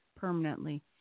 permanently